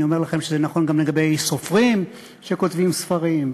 אני אומר לכם שזה נכון גם לגבי סופרים שכותבים ספרים,